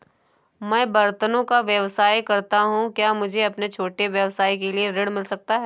मैं बर्तनों का व्यवसाय करता हूँ क्या मुझे अपने छोटे व्यवसाय के लिए ऋण मिल सकता है?